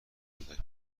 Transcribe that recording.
کودک